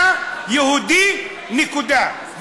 אתה יהודי, נקודה.